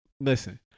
Listen